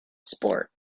sport